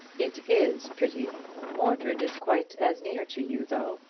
it is pretty. mordred is quite as near to you, though,